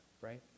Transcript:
right